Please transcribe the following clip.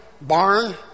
Barn